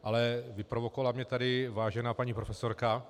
Ale vyprovokovala mě tady vážená paní profesorka.